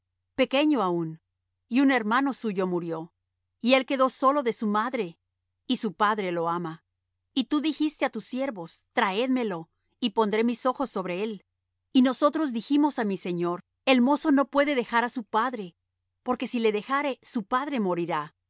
pequeño aún y un hermano suyo murió y él quedó solo de su madre y su padre lo ama y tú dijiste á tus siervos traédmelo y pondré mis ojos sobre él y nosotros dijimos á mi señor el mozo no puede dejar á su padre porque si le dejare su padre morirá